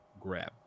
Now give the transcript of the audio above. grab